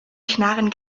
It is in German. knarren